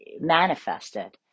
manifested